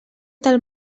del